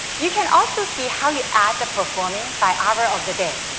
you can also see how your ads are performing by hour of the day.